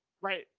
Right